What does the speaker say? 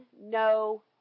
no